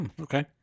Okay